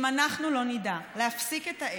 אם אנחנו לא נדע להפסיק את האש,